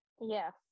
Yes